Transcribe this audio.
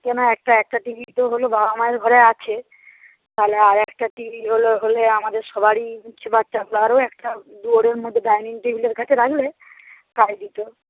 সে নয় একটা একটা টি ভি তো হলো বাবা মায়ের ঘরে আছে তাহলে আরেকটা টি ভি হলো হলে আমাদের সবারই বাচ্চাগুলোরও একটা দুয়ারের মধ্যে ডাইনিং টেবিলের কাছে রাখলে কাজ দিত